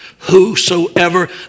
Whosoever